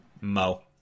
Mo